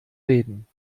reden